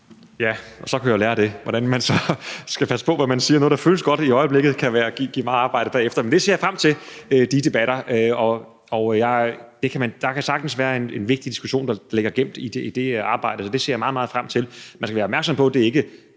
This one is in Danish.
Ja, og så kan jeg jo lære af det, altså hvordan man skal passe på, hvad man siger. Noget, der føles godt i øjeblikket, kan give meget arbejde bagefter. Men de debatter ser jeg frem til. Og der kan sagtens være en vigtig diskussion, der ligger gemt i det arbejde, så det ser jeg meget frem til. Man skal være opmærksom på, at det ikke